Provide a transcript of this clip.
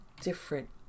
Different